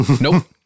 Nope